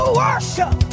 worship